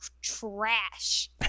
trash